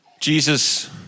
Jesus